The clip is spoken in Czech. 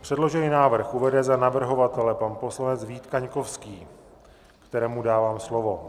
Předložený návrh uvede za navrhovatele pan poslanec Vít Kaňkovský, kterému dávám slovo.